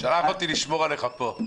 שלח אותי לשמור עליך פה.